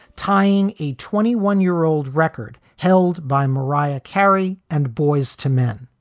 tying a twenty one year old record held by mariah carey and boyz to men.